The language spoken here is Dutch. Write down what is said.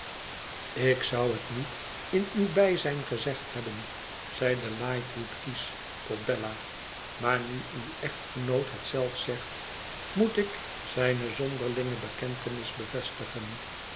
ik zou het niet in uw bijzijn gezegd hebben zeide lightwood kiesch tot bella maar nu uw echtgenoot het zelf zegt moet ik zijne zonderlinge bekentenis bevestigen